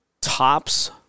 tops